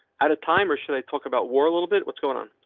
at a time or should i talk about war a little bit? what's going on?